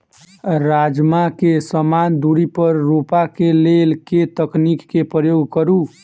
राजमा केँ समान दूरी पर रोपा केँ लेल केँ तकनीक केँ प्रयोग करू?